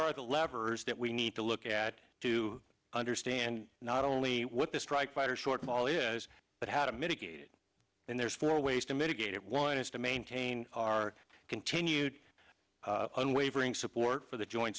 levers that we need to look at to understand not only what the strike fighter shortfall is but how to mitigate it and there's four ways to mitigate it one is to maintain our continued unwavering support for the joint